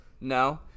No